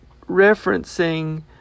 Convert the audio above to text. referencing